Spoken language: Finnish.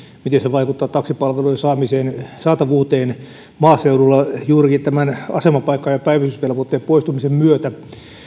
miten se vaikuttaa taksipalvelujen saatavuuteen maaseudulla juurikin tämän asemapaikka ja päivystysvelvoitteen poistumisen myötä